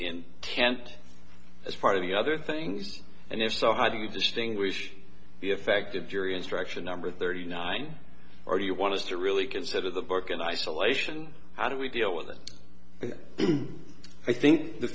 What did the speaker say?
can't as part of the other things and if so how do you distinguish the effective jury instruction number thirty nine or do you want to really consider the book in isolation how do we deal with it i think the